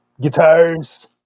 guitars